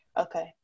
Okay